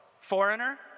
Foreigner